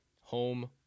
home